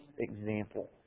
example